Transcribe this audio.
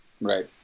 Right